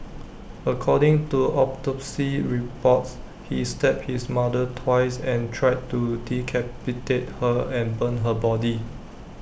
according to autopsy reports he stabbed his mother twice and tried to decapitate her and burn her body